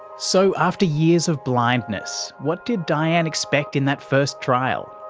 so after years of blindness, what did dianne expect in that first trial?